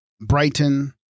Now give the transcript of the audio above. Brighton